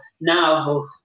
now